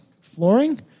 flooring